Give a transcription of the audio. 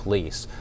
Police